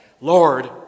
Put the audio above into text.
Lord